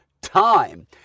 Time